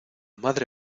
madre